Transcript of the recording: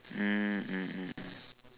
mm mm mm mm